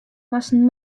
moasten